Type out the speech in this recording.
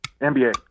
NBA